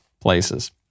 places